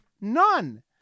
none